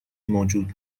موجود